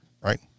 Right